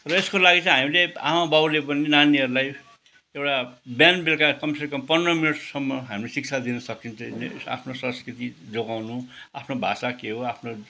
र यसको लागि चाहिँ हामीले आमाबाउले पनि नानीहरूलाई एउटा बिहान बेलुका कम से कम पन्ध्र मिनटसम्म हामीले शिक्षा दिन सकिन्छ आफ्नो संस्कृति जोगाउनु आफ्नो भाषा के हो आफ्नो